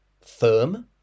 firm